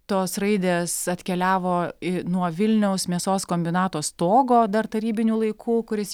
tos raidės atkeliavo i nuo vilniaus mėsos kombinato stogo dar tarybinių laikų kuris